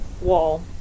wall